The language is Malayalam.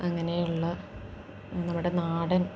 അങ്ങനെയുള്ള നമ്മുടെ നാടൻ